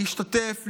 להשתתף,